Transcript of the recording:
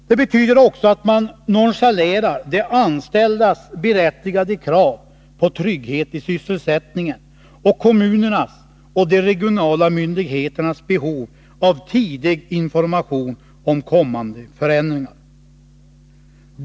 Det betyder också att man nonchalerar de anställdas berättigade krav på trygghet i sysselsättningen och kommunernas och de regionala myndigheternas behov av tidig information om kommande förändringar.